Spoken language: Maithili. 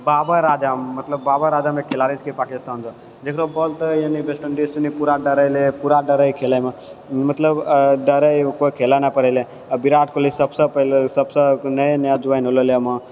बाबर आजम मतलब बाबर आजम एक खेलाड़ी छिके पाकिस्तानके जकेरो बाँल नी यानि वेस्टइन्डीज नी पूरा डरैले पूरा डरैय खेलैमे मतलब डरैय कोइ खेले ने पड़ैले आओर विराट कोहली सभसँ पहिले सभसँ नया नया ज्वाइन होइले रहै